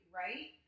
right